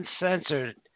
Uncensored